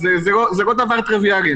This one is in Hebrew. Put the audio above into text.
זה לא דבר טריוויאלי,